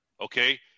Okay